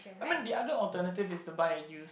I mean the other alternative is to buy a used